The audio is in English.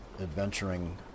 adventuring